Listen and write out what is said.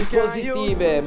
positive